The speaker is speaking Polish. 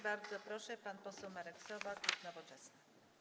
Bardzo proszę, pan poseł Marek Sowa, klub Nowoczesna.